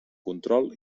control